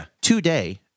today